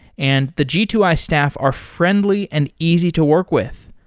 and the g two i staff are friendly and easy to work with.